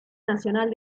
nacional